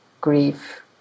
grief